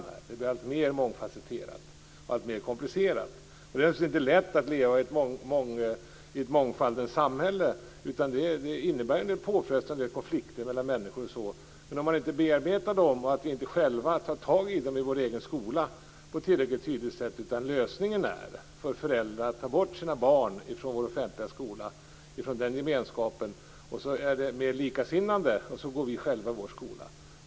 Samhället blir alltmer mångfacetterat och komplicerat. Det är naturligtvis inte lätt att leva i ett mångfaldens samhälle, utan det innebär en del påfrestande konflikter mellan människor. Men om vi inte bearbetar de konflikterna och på ett tillräckligt tydligt sätt själva tar tag i dem i vår egen skola, låter vi lösningen bli att föräldrar tar bort sina barn från den offentliga skolans gemenskap och låter dem gå med mera likasinnade. Samtidigt går vi för oss själva i vår skola.